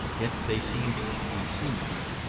yet they seemed to be singular,